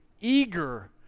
eager